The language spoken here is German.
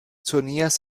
turniers